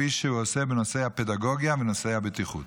כפי שהוא עושה בנושאי הפדגוגיה והבטיחות.